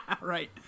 Right